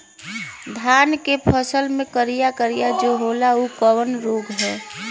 धान के फसल मे करिया करिया जो होला ऊ कवन रोग ह?